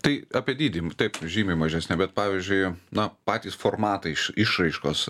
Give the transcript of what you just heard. tai apie dydį taip žymiai mažesnė bet pavyzdžiui na patys formatai iš išraiškos